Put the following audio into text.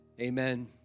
Amen